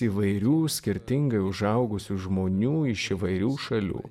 įvairių skirtingai užaugusių žmonių iš įvairių šalių